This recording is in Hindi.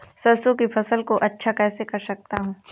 सरसो की फसल को अच्छा कैसे कर सकता हूँ?